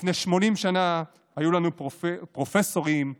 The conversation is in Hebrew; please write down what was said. לפני 80 שנה היו לנו פרופסורים בשפע.